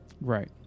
Right